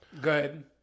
Good